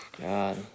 God